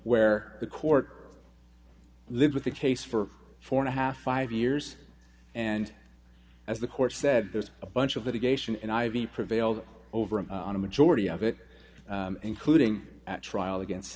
where the court lived with the case for four and a half five years and as the court said there's a bunch of litigation and i ve prevailed over him on a majority of it including at trial against